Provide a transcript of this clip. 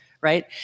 right